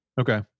Okay